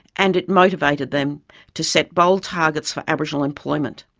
and it motivated them to set bold targets for aboriginal employment.